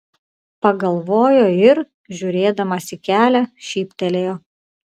pagalvojo ir žiūrėdamas į kelią šyptelėjo